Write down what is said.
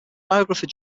biographer